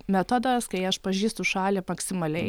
metodas kai aš pažįstu šalį maksimaliai